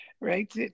right